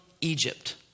Egypt